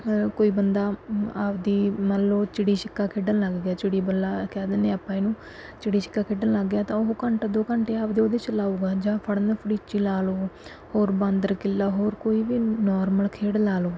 ਕੋਈ ਬੰਦਾ ਆਪਦੀ ਮੰਨ ਲਓ ਚਿੜੀ ਛਿੱਕਾ ਖੇਡਣ ਲੱਗ ਗਿਆ ਚਿੜੀ ਬੱਲਾ ਕਹਿ ਦਿੰਦੇ ਆਪਾਂ ਇਹਨੂੰ ਜਿਹੜੀ ਛਿੱਕਾ ਖੇਡਣ ਲੱਗ ਗਿਆ ਤਾਂ ਉਹ ਘੰਟਾ ਦੋ ਘੰਟੇ ਆਪਦੇ ਉਹਦੇ 'ਚ ਲਾਊਗਾ ਜਾਂ ਫੜਨ ਫੜੀ 'ਚ ਲਾ ਲਊ ਹੋਰ ਬਾਂਦਰ ਕਿੱਲਾ ਹੋਰ ਕੋਈ ਵੀ ਨਾਰਮਲ ਖੇਡ ਲਾ ਲਉ